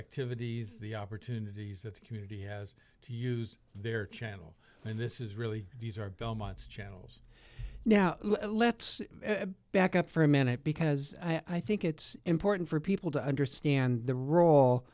activities the opportunities that the community has to use their channel and this is really these are belmont's channels now let's back up for a minute because i think it's important for people to understand the role